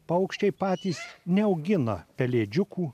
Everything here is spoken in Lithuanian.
paukščiai patys neaugina pelėdžiukų